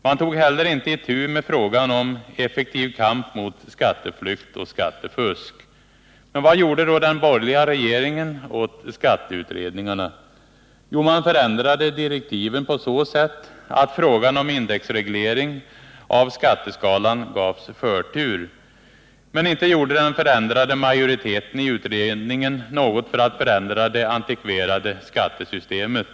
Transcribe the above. Man tog heller inte itu med frågan om effektiv kamp mot skatteflykt och skattefusk. Vad gjorde då den borgerliga regeringen åt skatteutredningarna? Jo, man förändrade direktiven på så sätt att frågan om indexreglering av skatteskalan gavs förtur. Men inte gjorde den förändrade majoriteten i utredningen något för att förändra det antikverade skattesystemet.